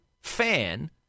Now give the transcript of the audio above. fan